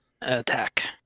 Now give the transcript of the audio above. Attack